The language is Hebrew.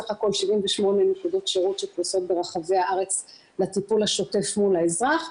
סך הכל 78 נקודות שירות שפרושות ברחבי הארץ לטיפול השוטף מול האזרח,